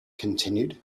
continued